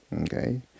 Okay